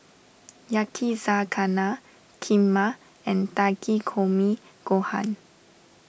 Yakizakana Kheema and Takikomi Gohan